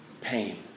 pain